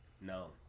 no